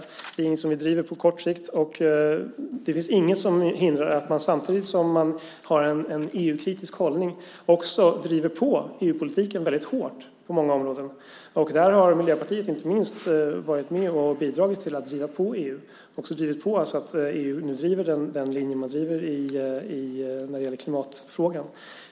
Det är inte något som vi driver på kort sikt. Det finns inget som hindrar att man driver på EU-politiken väldigt hårt på många områden samtidigt som man har en EU-kritisk hållning. Där har Miljöpartiet inte minst varit med och bidragit till att driva på EU. Vi har också drivit på så att EU nu driver den här linjen i klimatfrågan.